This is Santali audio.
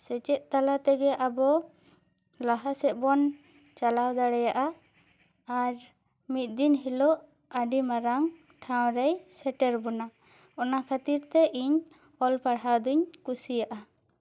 ᱥᱮᱪᱮᱫ ᱛᱟᱞᱟ ᱛᱮᱜᱮ ᱟᱵᱚ ᱞᱟᱦᱟ ᱥᱮᱫᱵᱚᱱ ᱪᱟᱞᱟᱣ ᱫᱟᱲᱮᱭᱟᱜᱼᱟ ᱟᱨ ᱢᱤᱫ ᱫᱤᱱ ᱦᱤᱞᱚᱜ ᱟᱹᱰᱤ ᱢᱟᱨᱟᱝ ᱴᱷᱟᱶ ᱨᱮ ᱥᱮᱴᱮᱨ ᱵᱚᱱᱟ ᱚᱱᱟ ᱠᱷᱟᱹᱛᱤᱨ ᱛᱮ ᱤᱧ ᱚᱞ ᱯᱟᱲᱦᱟᱣ ᱫᱩᱧ ᱠᱩᱥᱤᱭᱟᱜᱼᱟ